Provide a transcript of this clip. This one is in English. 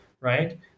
right